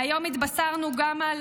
והיום התבשרנו גם על